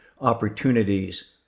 opportunities